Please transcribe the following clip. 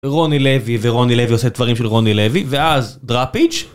רוני לוי ורוני לוי עושה דברים של רוני לוי ואז דראפיץ'